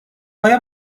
ایا